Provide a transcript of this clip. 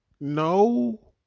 No